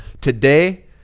Today